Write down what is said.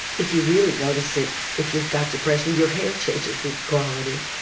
if you really notice it if you've got depression your hair changes its quality.